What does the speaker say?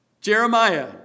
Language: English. Jeremiah